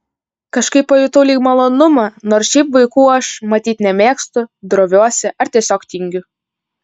kažkaip pajutau lyg malonumą nors šiaip vaikų aš matyt nemėgstu droviuosi ar tiesiog tingiu